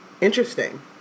Interesting